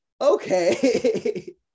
okay